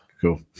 Cool